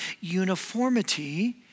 uniformity